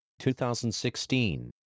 2016